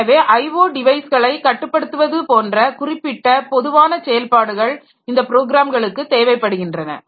எனவே IO டிவைஸ்களைIO devices கட்டுப்படுத்துவது போன்ற குறிப்பிட்ட பொதுவான செயல்பாடுகள் இந்த ப்ரோக்ராம்களுக்கு தேவைப்படுகின்றன